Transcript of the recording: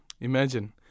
imagine